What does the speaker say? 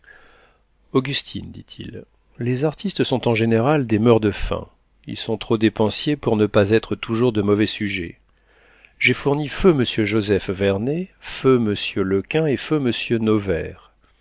augustine dit-il les artistes sont en général des meurt-de-faim ils sont trop dépensiers pour ne pas être toujours de mauvais sujets j'ai fourni feu m joseph vernet feu m lekain et feu m noverre